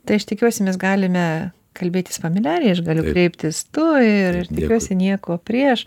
tai aš tikiuosi mes galime kalbėtis familiariai aš galiu kreiptis tu ir tikiuosi nieko prieš